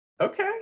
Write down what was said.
okay